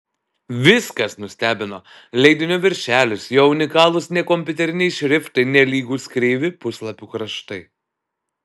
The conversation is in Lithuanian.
viskas nustebino leidinio viršelis jo unikalūs nekompiuteriniai šriftai nelygūs kreivi puslapių kraštai